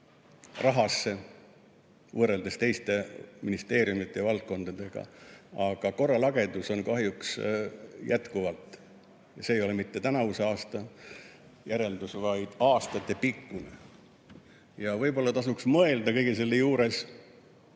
rahasse võrreldes teiste ministeeriumide valdkondadega. Aga korralagedus on seal kahjuks jätkuvalt. See ei ole mitte tänavuse aasta järeldus, vaid see on aastatepikkune. Võib-olla tasuks mõelda kõige selle juures,